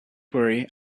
worry